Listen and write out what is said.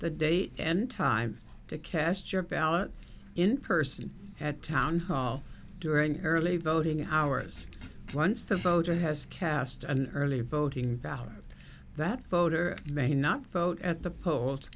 the date and time to cast your ballot in person at town hall during early voting hours once the voter has cast an early voting ballot that voter may not vote at the polls